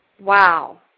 Wow